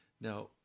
Now